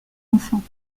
enfants